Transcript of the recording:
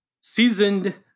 seasoned